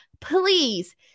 please